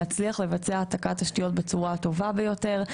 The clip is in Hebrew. להצליח ולבצע העתקת תשתיות בצורה הטובה ביותר.